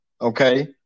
okay